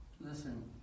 Listen